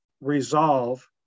resolve